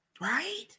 Right